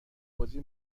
بازی